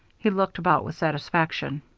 he looked about with satisfaction.